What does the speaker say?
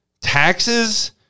taxes